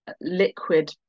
liquid